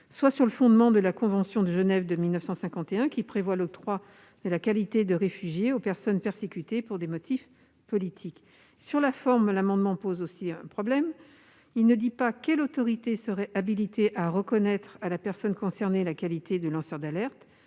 soit sur le fondement de la convention de Genève de 1951, qui prévoit l'octroi de la qualité de réfugié aux personnes persécutées pour des motifs politiques. Sur la forme, l'amendement pose aussi problème. Vous ne précisez pas quelle serait l'autorité qui serait habilitée à reconnaître à la personne concernée la qualité de lanceur d'alerte